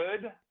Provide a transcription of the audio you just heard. good